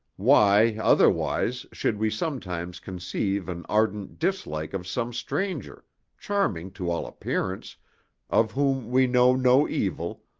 why, otherwise, should we sometimes conceive an ardent dislike of some stranger charming to all appearance of whom we know no evil,